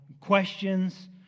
questions